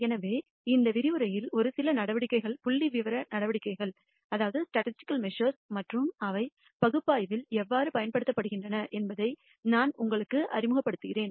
எனவே இந்த விரிவுரையில் ஒரு சில நடவடிக்கைகள் புள்ளிவிவர நடவடிக்கைகள் மற்றும் அவை பகுப்பாய்வில் எவ்வாறு பயன்படுத்தப்படுகின்றன என்பதை நான் உங்களுக்கு அறிமுகப்படுத்துகிறேன்